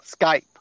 Skype